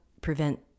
prevent